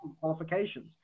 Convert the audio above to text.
qualifications